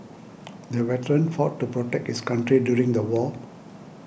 the veteran fought to protect his country during the war